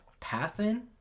Pathin